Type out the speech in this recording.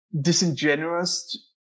disingenuous